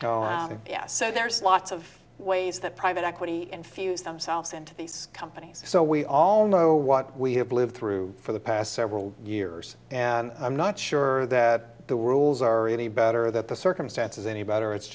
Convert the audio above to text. and yes so there's lots of ways that private equity infuse themselves into these companies so we all know what we have lived through for the past several years and i'm not sure that the rules are really better that the circumstances any better it's